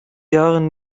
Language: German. jahren